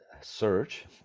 search